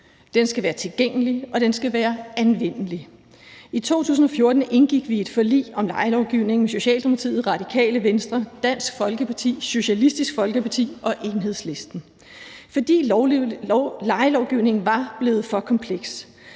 Den skal være tilgængelig, og den skal være anvendelig. I 2014 indgik vi et forlig om lejelovgivningen med Socialdemokratiet, Radikale Venstre, Dansk Folkeparti, Socialistisk Folkeparti og Enhedslisten, fordi lejelovgivningen var blevet for kompleks,